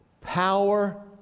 power